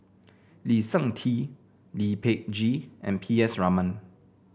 Lee Seng Tee Lee Peh Gee and P S Raman